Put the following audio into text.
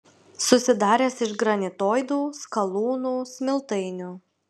susidaręs iš granitoidų skalūnų smiltainių